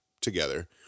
together